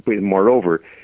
Moreover